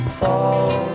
fall